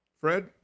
Fred